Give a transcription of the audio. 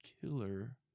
killer